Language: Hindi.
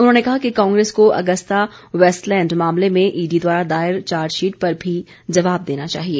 उन्होंने कहा कि कांग्रेस को अगस्ता वेस्टलैंड मामले में ईडी द्वारा दायर चार्जशीट पर भी जवाब देना चाहिए